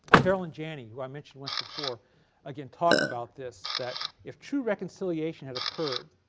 caroline janney who i mentioned once before again talked about this, that if true reconciliation had occurred,